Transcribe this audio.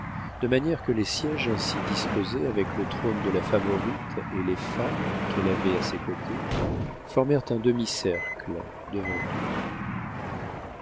de manière que les sièges ainsi disposés avec le trône de la favorite et les femmes qu'elle avait à ses côtés formèrent un demicercle devant eux